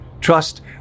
trust